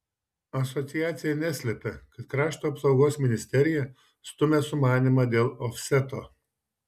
asociacija neslepia kad krašto apsaugos ministerija stumia sumanymą dėl ofseto